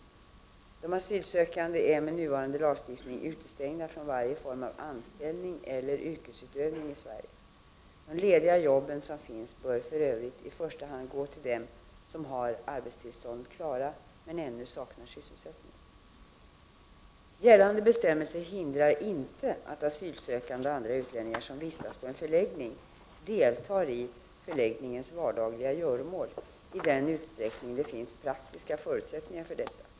De asylsökande är med nuvarande lagstiftning utestängda från varje form av anställning eller yrkesutövning i Sverige. De lediga jobben som finns bör för övrigt i första hand gå till dem som har sina arbetstillstånd klara, men ännu saknar sysselsättning. Gällande bestämmelser hindrar inte att asylsökande och andra utlänningar som vistas på en förläggning, deltar i förläggningens vardagliga göromål i den utsträckning det finns praktiska förutsättningar för detta.